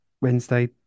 Wednesday